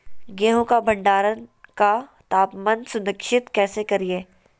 गेहूं का भंडारण का तापमान सुनिश्चित कैसे करिये?